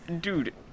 dude